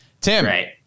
Tim